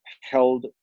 held